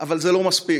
אבל זה לא מספיק.